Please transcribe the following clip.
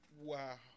Wow